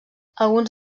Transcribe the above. alguns